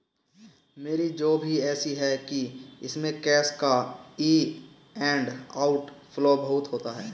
मेरी जॉब ही ऐसी है कि इसमें कैश का इन एंड आउट फ्लो बहुत होता है